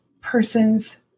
person's